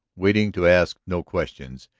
waiting to ask no questions,